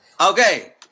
Okay